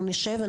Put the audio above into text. אנחנו נשב,